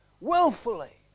willfully